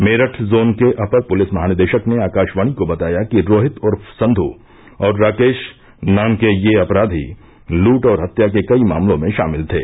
Meerut zone के अपर पुलिस महानिदेशक ने आकाशवाणी को बताया कि रोहित उर्फ संधू और राकेश नाम के ये अपराधी लूट और हत्या के कई मामलों में शामिल थे